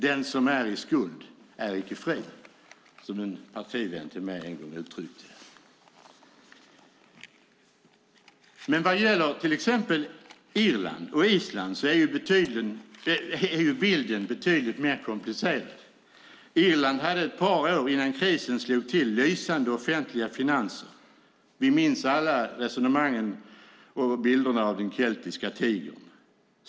Den som är i skuld är icke fri, som en partivän till mig en gång uttryckte det. Men vad gäller till exempel Irland och Island är bilden betydligt mer komplicerad. Irland hade ett par år innan krisen slog till lysande offentliga finanser. Vi minns alla resonemangen och bilderna av den keltiska tigern.